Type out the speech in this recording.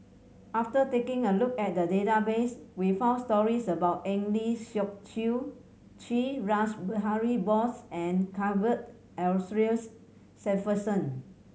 after taking a look at the database we found stories about Eng Lee Seok Chee Rash Behari Bose and Cuthbert Aloysius Shepherdson